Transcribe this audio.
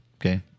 Okay